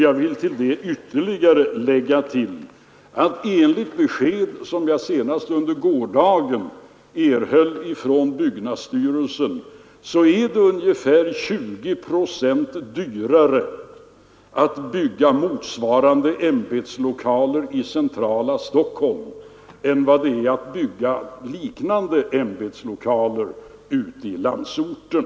Jag vill härutöver tillägga att det enligt besked som jag under gårdagen erhöll från byggnadsstyrelsen är ungefär 20 procent dyrare att bygga motsvarande ämbetslokaler i centrala Stockholm än vad det är att bygga dem ute i landsorten.